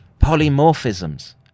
polymorphisms